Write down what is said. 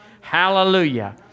Hallelujah